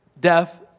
death